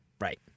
right